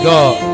God